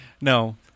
No